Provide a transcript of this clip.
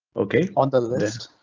okay. on the list.